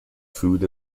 food